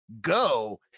go